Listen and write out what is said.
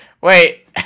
Wait